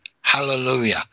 hallelujah